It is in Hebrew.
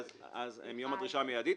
מיום הדרישה המידית,